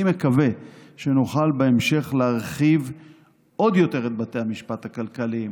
אני מקווה שנוכל בהמשך להרחיב עוד יותר את בתי המשפט הכלכליים,